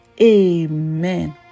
Amen